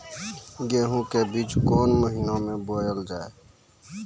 गेहूँ के बीच कोन महीन मे बोएल जाए?